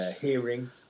hearing